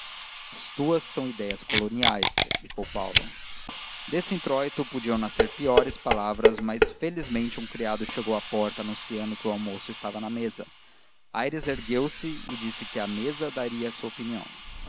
as tuas são ideias coloniais replicou paulo deste introito podiam nascer piores palavras mas felizmente um criado chegou à porta anunciando que o almoço estava na mesa aires ergueu-se e disse que à mesa daria a sua opinião